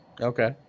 Okay